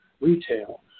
retail